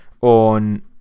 on